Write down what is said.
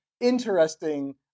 interesting